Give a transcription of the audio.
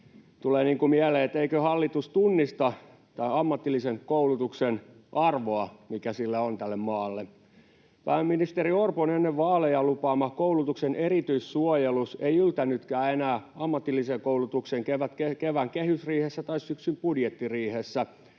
tulee mieleen, että eikö hallitus tunnista tämän ammatillisen koulutuksen arvoa, mikä sillä on tälle maalle. Pääministeri Orpon ennen vaaleja lupaama koulutuksen erityissuojelus ei yltänytkään enää ammatilliseen koulutukseen kevään kehysriihessä tai syksyn budjettiriihessä,